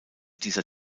dieser